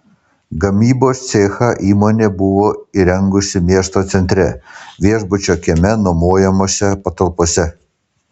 gamybos cechą įmonė buvo įrengusi miesto centre viešbučio kieme nuomojamose patalpose